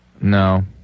No